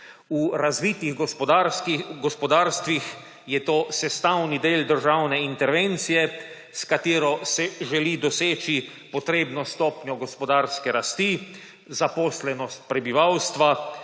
V razvitih gospodarstvih je to sestavni del državne intervencije, s katero se želi doseči potrebno stopnjo gospodarske rasti, zaposlenost prebivalstva,